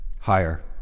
Higher